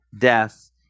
death